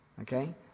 okay